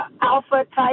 alpha-type